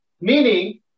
Meaning